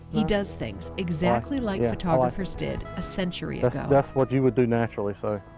he does things exactly like photographers did a century ah yeah that's what you would do naturally, so